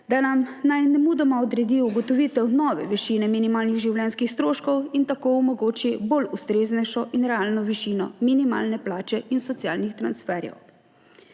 da nam naj nemudoma odredi ugotovitev nove višine minimalnih življenjskih stroškov in tako omogoči bolj ustreznejšo in realno višino minimalne plače in socialnih transferjev.